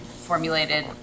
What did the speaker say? formulated